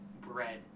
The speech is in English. bread